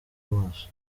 maso